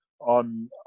on